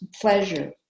pleasure